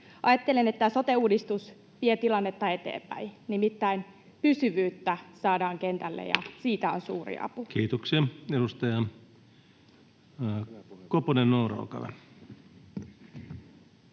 Ajattelen, että sote-uudistus vie tilannetta eteenpäin — nimittäin pysyvyyttä saadaan kentälle, ja siitä on suuri apu. Kiitoksia. — Edustaja Koponen, Noora, olkaa